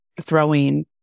throwing